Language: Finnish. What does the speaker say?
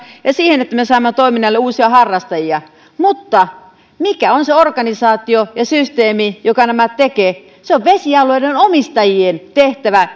ja siihen että me saamme toiminnalle uusia harrastajia mutta mikä on se organisaatio ja systeemi joka tekee nämä se on vesialueiden omistajien tehtävä